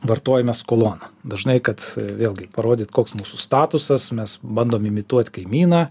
vartojime skolon dažnai kad vėlgi parodyt koks mūsų statusas mes bandom imituot kaimyną